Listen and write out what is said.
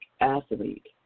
athlete